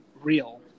real